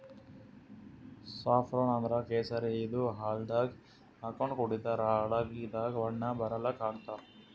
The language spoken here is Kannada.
ಸಾಫ್ರೋನ್ ಅಂದ್ರ ಕೇಸರಿ ಇದು ಹಾಲ್ದಾಗ್ ಹಾಕೊಂಡ್ ಕುಡಿತರ್ ಅಡಗಿದಾಗ್ ಬಣ್ಣ ಬರಲಕ್ಕ್ ಹಾಕ್ತಾರ್